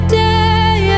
day